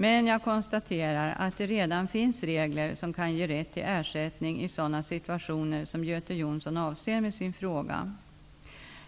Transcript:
Men jag konstaterar att det redan finns regler som kan ge rätt till ersättning i sådana situationer som Göte Jonsson avser med sin fråga.